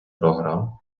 програм